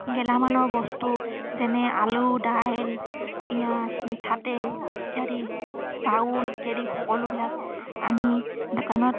গেলামালৰ বস্তু যেনে আলু দাইল পিঁয়াজ মিঠাতেল ইত্যাদি চাউল ইত্যাদি সকলোবিলাক আনি দোকানত